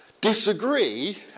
disagree